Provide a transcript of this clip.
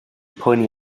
poeni